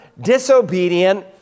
disobedient